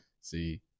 see